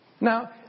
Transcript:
Now